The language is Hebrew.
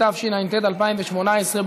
התשע"ט 2018,